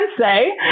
say